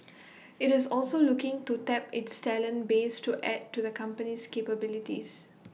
IT is also looking to tap its talent base to add to the company's capabilities